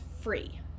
free